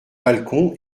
balcon